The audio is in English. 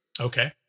Okay